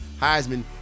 heisman